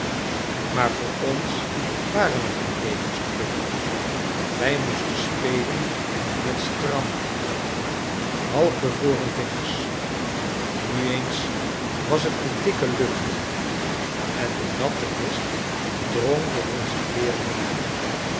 maar voor ons waren er geen dekens of peluws wij moesten spelen met stramme halfbevroren vingers nu eens was het een dikke lucht en de natte mist drong door onze kleeren heen